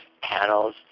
panels